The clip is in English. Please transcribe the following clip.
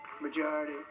majority